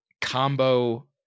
combo